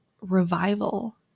revival